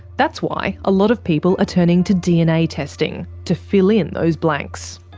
that's why a lot of people are turning to dna testing, to fill in those blanks.